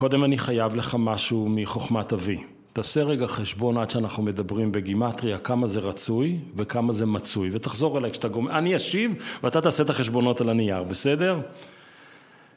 קודם אני חייב לך משהו מחוכמת אבי תעשה רגע חשבון עד שאנחנו מדברים בגימטריה, כמה זה רצוי וכמה זה מצוי, ותחזור אליי כשאתה גומר. אני אשיב, ואתה תעשה את החשבונות על הנייר, בסדר?